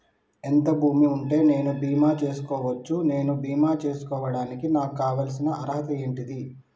ఎంత భూమి ఉంటే నేను బీమా చేసుకోవచ్చు? నేను బీమా చేసుకోవడానికి నాకు కావాల్సిన అర్హత ఏంటిది?